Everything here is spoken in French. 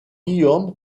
guillaume